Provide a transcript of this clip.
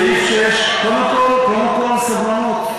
קודם כול, סבלנות.